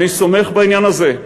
אני סומך בעניין הזה,